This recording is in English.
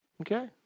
Okay